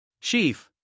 Chief